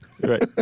Right